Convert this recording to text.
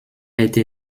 été